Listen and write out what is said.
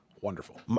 wonderful